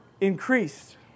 increased